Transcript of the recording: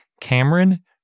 Cameron